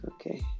Okay